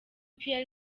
pierre